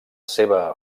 seva